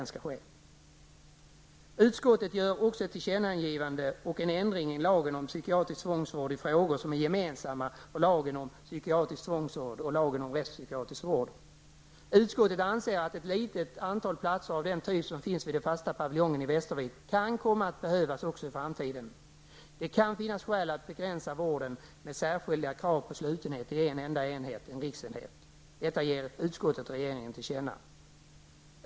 Utskottet gör också ett tillkännagivande och en ändring i lagen om psykiatrisk tvångsvård i frågor som är gemensamma för lagen om psykiatrisk tvångsvård och lagen om rättspsykiatrisk vård. Utskottet anser att ett litet antal platser av den typ som finns vid den fasta paviljongen i Västervik kan komma att behövas också i framtiden. Det kan finnas skäl att begränsa vården med särskilda krav på slutenhet till en enda enhet, en riksenhet. Detta ger utskottet regeringen till känna.